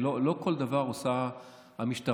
לא כל דבר עושה המשטרה.